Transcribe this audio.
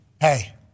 Hey